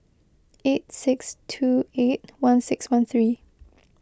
eight six two eight one six one three